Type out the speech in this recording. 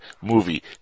movie